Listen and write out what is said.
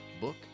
book